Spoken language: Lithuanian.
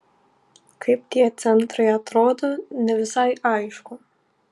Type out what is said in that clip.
kaip tie centrai atrodo ne visai aišku